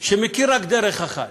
שמכיר רק דרך אחת,